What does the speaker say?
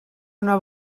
una